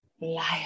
liar